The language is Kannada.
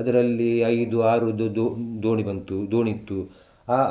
ಅದರಲ್ಲಿ ಐದು ಆರು ದೋ ದೋಣಿ ಬಂತು ದೋಣಿ ಇತ್ತು